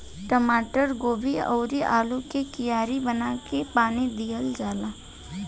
टमाटर, गोभी अउरी आलू के कियारी बना के पानी दिहल जाला